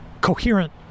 coherent